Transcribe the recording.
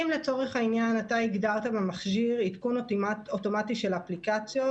אם הגדרת עדכון אוטומטי של אפליקציות